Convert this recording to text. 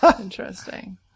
Interesting